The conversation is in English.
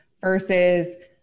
versus